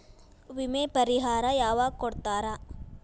ವಿಮೆ ಪರಿಹಾರ ಯಾವಾಗ್ ಕೊಡ್ತಾರ?